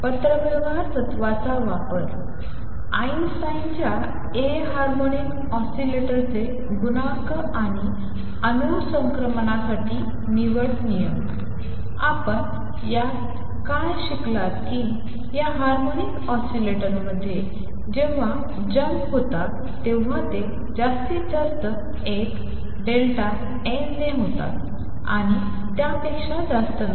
पत्रव्यवहार तत्त्वाचा वापर आइन्स्टाईनच्या ए हार्मोनिक ऑसिलेटरचे गुणांक आणि अणू संक्रमणासाठी निवड नियम आपण यात काय शिकलात की या हार्मोनिक ऑसीलेटरमध्ये जेव्हा जंप होतात तेव्हा ते जास्तीत जास्त 1 डेल्टा n ने होतात आणि त्यापेक्षा जास्त नाही